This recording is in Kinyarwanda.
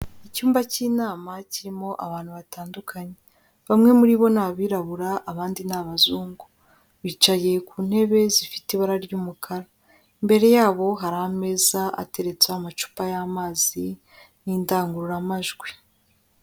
Icyumba cy'inama kirimo abantu batandukanye, bamwe muri bo ni abirabura abandi ni abazungu, bicaye ku ntebe zifite ibara ry'umukara, imbere yabo hari ameza ateretseho amacupa y'amazi n'indangururamajwi.